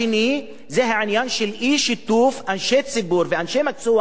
השני זה העניין של אי-שיתוף אנשי ציבור ואנשי מקצוע